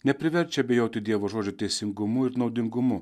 nepriverčia abejoti dievo žodžio teisingumu ir naudingumu